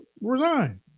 resign